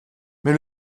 mais